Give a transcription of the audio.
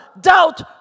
doubt